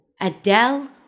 Adele